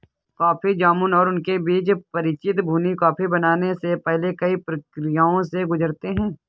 coffee जामुन और उनके बीज परिचित भुनी हुई कॉफी बनने से पहले कई प्रक्रियाओं से गुजरते हैं